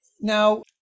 Now